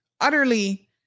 utterly